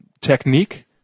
technique